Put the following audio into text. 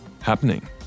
happening